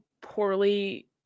poorly –